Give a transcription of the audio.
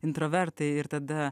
introvertai ir tada